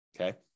Okay